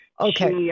Okay